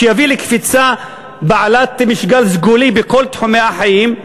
שיביא לקפיצה בעלת משקל סגולי בכל תחומי החיים,